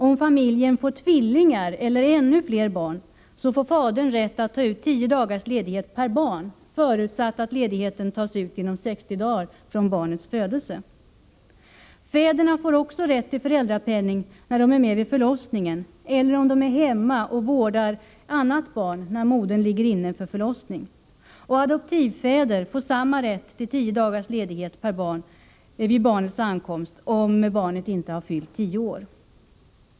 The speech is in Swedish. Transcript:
Om familjen får tvillingar eller ännu fler barn, får fadern rätt att ta ut tio dagars ledighet per barn förutsatt att ledigheten tas ut inom sextio dagar från barnens födelse. Fäderna får också rätt till föräldrapenning när de är med vid förlossningen eller om de är hemma och vårdar annat barn när modern ligger inne för förlossning. Adoptivfäder får samma rätt till tio dagars ledighet per barn vid barnets ankomst om barnet inte har fyllt tio år.